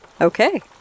Okay